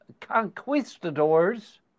conquistadors